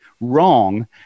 wrong